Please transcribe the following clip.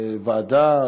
ועדה?